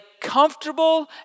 comfortable